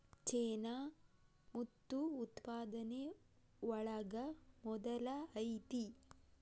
ಚೇನಾ ಮುತ್ತು ಉತ್ಪಾದನೆ ಒಳಗ ಮೊದಲ ಐತಿ